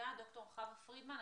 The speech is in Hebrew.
ד"ר חוה פרידמן,